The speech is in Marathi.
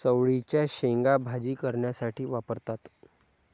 चवळीच्या शेंगा भाजी करण्यासाठी वापरतात